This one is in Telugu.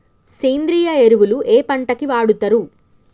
సేంద్రీయ ఎరువులు ఏ పంట కి వాడుతరు?